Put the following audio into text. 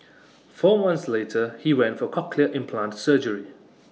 four months later he went for cochlear implant surgery